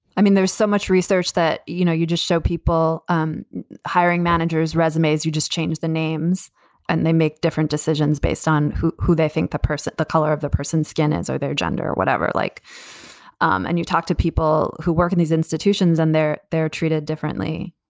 i mean, there's so much research that, you know, you just show people um hiring managers resumes. you just change the names and they make different decisions based on who who they think the person the color of the person's skin is or their gender or whatever. like um and you talk to people who work in these institutions and there they are treated differently,